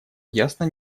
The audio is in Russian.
ясно